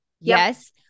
Yes